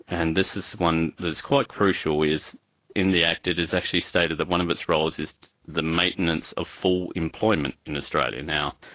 and this is one that is quite crucial, is in the act it is actually stated that one of its roles is the maintenance of full employment in australia. now,